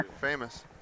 famous